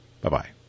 Bye-bye